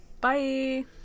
Bye